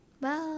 Bye